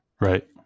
Right